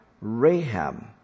Rahab